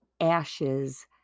ashes